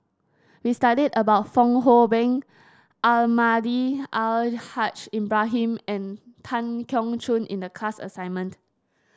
we studied about Fong Hoe Beng Almahdi Al Haj Ibrahim and Tan Keong Choon in the class assignment